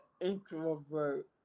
introvert